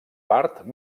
part